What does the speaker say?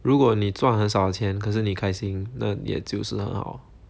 如果你赚很少钱可是你开心那也就是很好